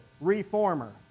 reformer